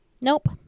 Nope